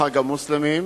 לחג המוסלמים.